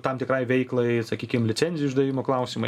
tam tikrai veiklai sakykime licencijų išdavimo klausimai